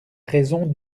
raison